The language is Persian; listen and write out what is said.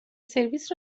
سرویس